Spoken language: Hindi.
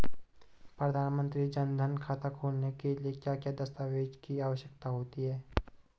प्रधानमंत्री जन धन खाता खोलने के लिए क्या क्या दस्तावेज़ की आवश्यकता होती है?